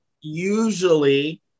usually